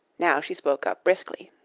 now she spoke up briskly,